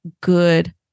good